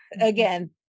again